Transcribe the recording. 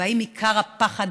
והאם עיקר הפחד,